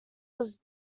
was